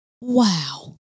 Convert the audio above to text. Wow